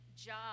job